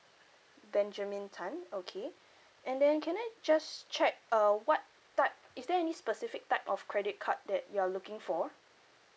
benjamin tan okay and then can I just check uh what type is there any specific type of credit card that you're looking for